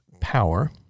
power